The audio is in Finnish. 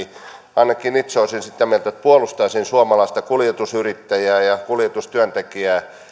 ainakin itse olisin sitä mieltä että puolustaisin suomalaista kuljetusyrittäjää ja kuljetustyöntekijää